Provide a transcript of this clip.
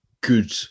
good